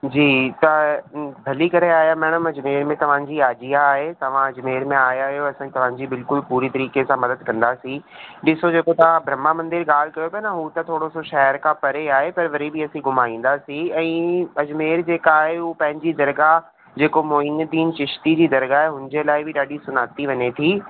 जी तव्हां भली करे आहियां मैडम अजमेर में तव्हांजी आजियां आहे तव्हां अजमेर में आया आहियो असां तव्हांजी पूरी तरीक़े सां मदद कंदासीं ॾिसो जेको तां ब्रह्मा मंदिर ॻाल्हि कयो था न उहा त थोरो शहर खां परे आहे पर वरी बि असीं घुमाईंदासीं ऐं अजमेर जेका आहे हू पंहिंजी दरगाह जेको मोहिनदीन चिश्ती जी दरगाह आहे हुनजे लाइ बि ॾाढी सुञाती वञे थी